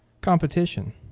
competition